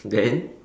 then